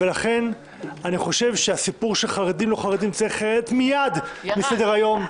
ולכן אני חושב שהסיפור של חרדים-לא חרדים צריך לרדת מייד מסדר היום,